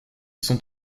sont